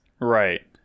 Right